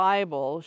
Bible